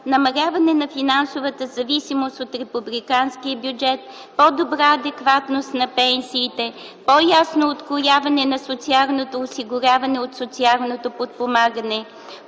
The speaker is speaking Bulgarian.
намаляване на финансовата зависимост от републиканския бюджет, по-добра адекватност на пенсиите, по-ясно открояване на социалното осигуряване от социалното подпомагане,